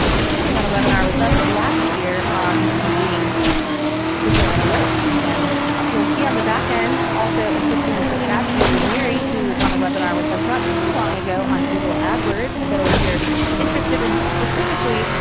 including on a webinar with us last year on using google analytics. and you'll see on the back end, also assisting with the chat, julie leary who was on a webinar with us not too long ago on google ad words. so if you're interested in, specifically,